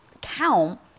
count